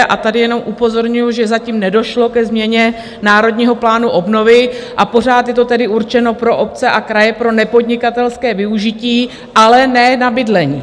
A tady jenom upozorňuju, že zatím nedošlo ke změně Národního plánu obnovy a pořád je to tedy určeno pro obce a kraje, pro nepodnikatelské využití, ale ne na bydlení.